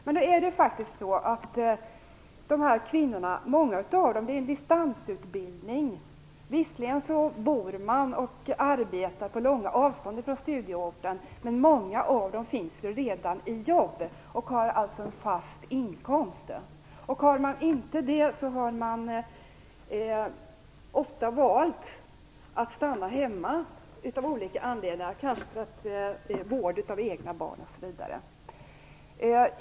Men nu är det faktiskt så att dessa kvinnor i distansutbildning visserligen bor och arbetar på långa avstånd från studieorten, men många av dem finns redan i jobb och har alltså en fast inkomst. Har man inte det har man ofta valt att stanna hemma, kanske för vård av egna barn osv.